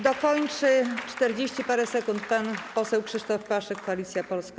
Dokończy, ma czterdzieści parę sekund, pan poseł Krzysztof Paszyk, Koalicja Polska.